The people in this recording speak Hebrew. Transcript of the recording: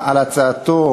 הצעת החוק הממשלתית,